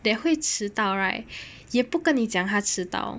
that 会迟到 right 也不跟你讲她迟到